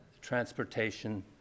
transportation